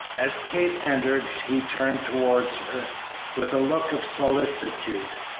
as kate entered he turned towards with a look of solicitude,